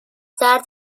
درد